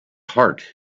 heart